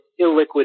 illiquid